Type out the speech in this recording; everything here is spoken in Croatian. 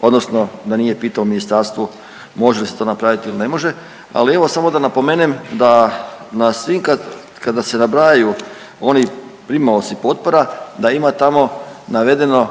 odnosno da nije pitao u ministarstvu može li se to napraviti ili ne može. Ali evo samo da napomenem da svi kada se nabrajaju oni primaoci potpora da ima tamo navedeno